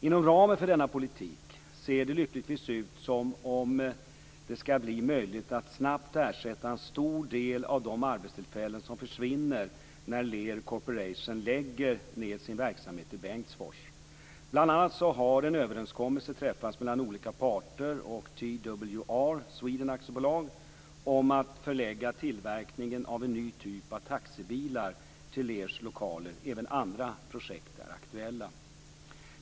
Inom ramen för denna politik ser det lyckligtvis ut som om det skall bli möjligt att snabbt ersätta en stor del av de arbetstillfällen som försvinner när Lear Bl.a. har en överenskommelse träffats mellan olika parter och TWR-Sweden AB om att förlägga tillverkningen av en ny typ av taxibilar till Lears lokaler. Även andra projekt är aktuella.